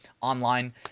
online